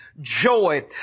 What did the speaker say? Joy